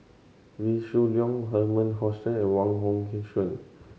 Wee Shoo Leong Herman Hochstadt and Wong Hong Suen